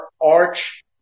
arch